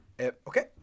Okay